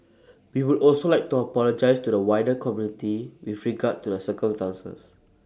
we would also like to apologise to the wider community with regard to the circumstances